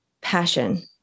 passion